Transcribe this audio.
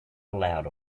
allowed